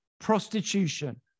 prostitution